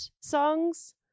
songs